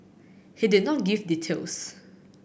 he did not give details